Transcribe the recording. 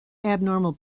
abnormal